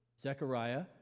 Zechariah